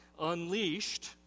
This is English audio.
unleashed